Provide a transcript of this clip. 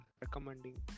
recommending